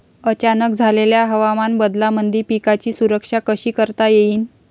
अचानक झालेल्या हवामान बदलामंदी पिकाची सुरक्षा कशी करता येईन?